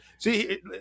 See